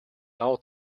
давуу